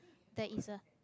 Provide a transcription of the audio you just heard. there is a